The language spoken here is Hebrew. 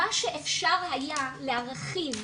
מה שאפשר היה להרחיב